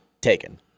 taken